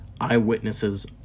eyewitnesses